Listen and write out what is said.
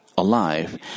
alive